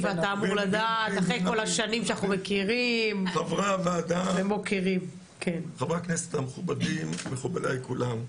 הוועדה, חברי הכנסת המכובדים, מכובדי כולם.